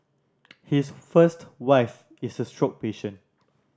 his first wife is a stroke patient